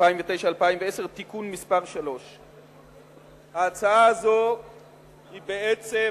2009 ו-2010) (תיקון מס' 3). ההצעה הזו היא בעצם